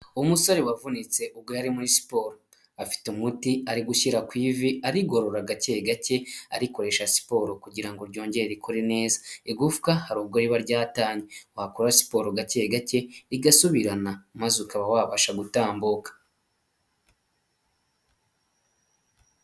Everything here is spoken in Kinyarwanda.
Umusore wavunitse ubwo yari muri siporo, afite umuti ari gushyira ku ivi arigorora gake gake arikokoresha siporo kugira ryongere ikore neza. Igufwa hari ubwo riba ryatanye wakora siporo gake gake rigasubirana maze ukaba wabasha gutambuka.